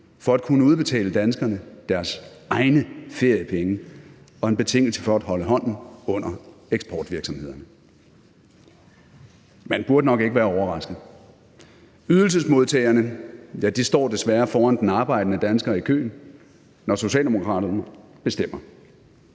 for at kunne udbetale danskerne deres egne feriepenge og en betingelse for at holde hånden under eksportvirksomhederne. Man burde nok ikke være overrasket. Ydelsesmodtagerne står desværre foran den arbejdende dansker i køen, når Socialdemokraterne bestemmer.